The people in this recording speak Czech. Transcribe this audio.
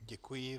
Děkuji.